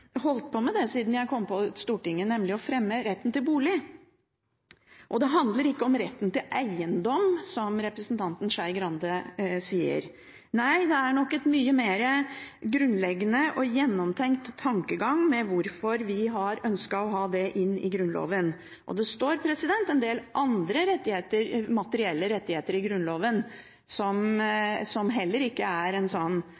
holdt på med det siden jeg kom på Stortinget, nemlig å fremme forslag om retten til bolig. Det handler ikke om retten til eiendom, som representanten Skei Grande sier. Nei, det er nok en mye mer grunnleggende og gjennomtenkt tankegang med hensyn til hvorfor vi har ønsket å ha det inn i Grunnloven. Det står en del andre materielle rettigheter i Grunnloven som